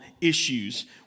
issues